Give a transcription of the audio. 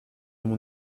mon